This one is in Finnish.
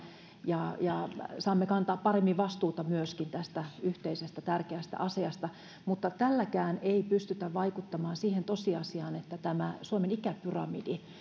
ja ja näin saamme kantaa paremmin vastuuta myöskin tästä yhteisestä tärkeästä asiasta mutta tälläkään ei pystytä vaikuttamaan siihen tosiasiaan että tämä suomen ikäpyramidi